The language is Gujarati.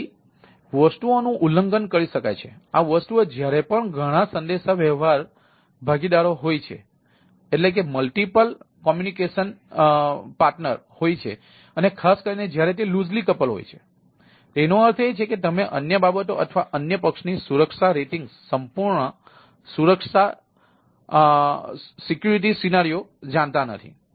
તેથી વસ્તુઓનું ઉલ્લંઘન કરી શકાય છે આ વસ્તુઓ જ્યારે પણ ઘણા સંદેશાવ્યવહાર ભાગીદારો જાણતા નથી